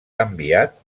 enviat